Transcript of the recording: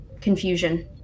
confusion